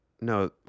No